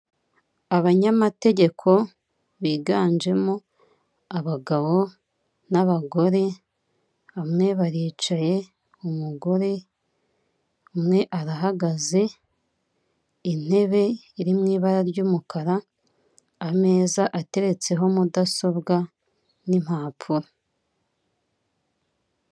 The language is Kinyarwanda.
Abanyamategeko biganjemo abagabo n'abagore, bamwe baricaye umugore umwe arahagaze, intebe iri mu ibara ry'umukara, ameza ateretseho mudasobwa n' impapuro.